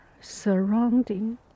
surrounding